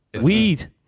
Weed